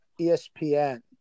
ESPN